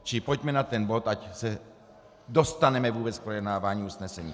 Čili pojďme na ten bod, ať se dostaneme vůbec k projednávání usnesení.